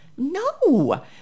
No